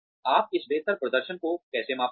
आप इस बेहतर प्रदर्शन को कैसे मापेंगे